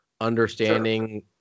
understanding